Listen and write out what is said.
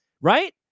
Right